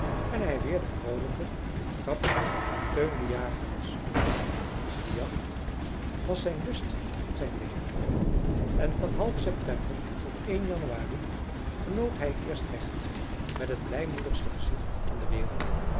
en hij weer de vroolijke grappige teun de jager was van altijd de jacht was zijn lust en zijn leven en van half september tot januari genoot hij eerst recht met het blijmoedigst gezicht van de wereld